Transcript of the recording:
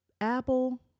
Apple